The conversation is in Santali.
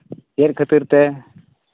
ᱪᱮᱫ ᱠᱷᱟᱹᱛᱤᱨ ᱛᱮ